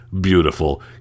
beautiful